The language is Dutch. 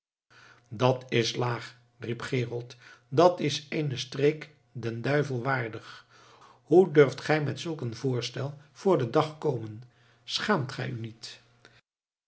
dat is laag riep gerold dat is eene streek den duivel waardig hoe durft gij met zulk een voorstel voor den dag komen schaamt gij u niet